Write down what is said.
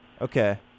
Okay